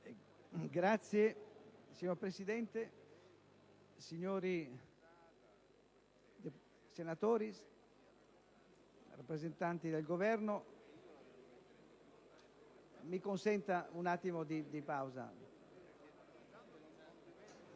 *(PdL)*. Signor Presidente, signori senatori, rappresentanti del Governo... Mi consenta un attimo di pausa,